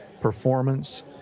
performance